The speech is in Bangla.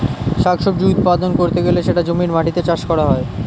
শাক সবজি উৎপাদন করতে গেলে সেটা জমির মাটিতে চাষ করা হয়